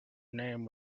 name